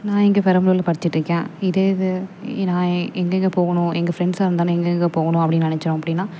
நான் இங்கே பெரம்பலூரில் படிச்சிட்ருக்கேன் இதே இது நான் எங்கெங்க போகணும் எங்கள் ஃப்ரெண்ட்ஸாக இருந்தாலும் எங்கெங்க போகணும் அப்படின்னு நினச்சோம் அப்படின்னா